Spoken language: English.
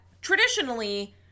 traditionally